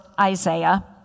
Isaiah